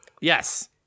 Yes